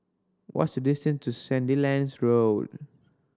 what's distance to Sandilands Road